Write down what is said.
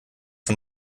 von